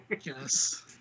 Yes